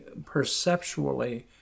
perceptually